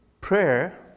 prayer